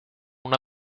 una